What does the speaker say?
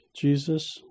Jesus